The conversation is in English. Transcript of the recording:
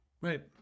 Right